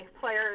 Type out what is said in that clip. players